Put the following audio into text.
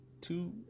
two